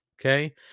Okay